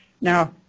Now